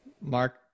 Mark